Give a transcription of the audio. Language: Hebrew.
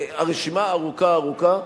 הרשימה היא ארוכה ארוכה.